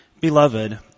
beloved